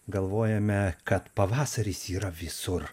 galvojame kad pavasaris yra visur